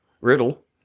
Riddle